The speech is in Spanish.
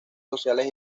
sociales